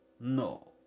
No